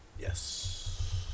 Yes